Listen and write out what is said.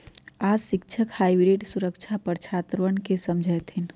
आज शिक्षक हाइब्रिड सुरक्षा पर छात्रवन के समझय थिन